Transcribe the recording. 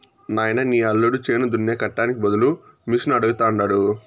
నాయనా నీ యల్లుడు చేను దున్నే కట్టానికి బదులుగా మిషనడగతండాడు